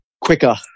quicker